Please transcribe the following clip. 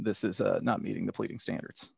this is not meeting the pleading standards